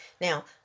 Now